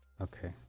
Okay